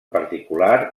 particular